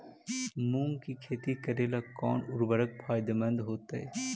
मुंग के खेती करेला कौन उर्वरक फायदेमंद होतइ?